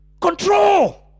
control